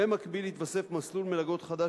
במקביל התווסף מסלול מלגות חדש,